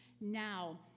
now